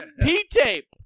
P-tape